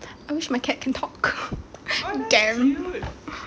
I wish my cat can talk damn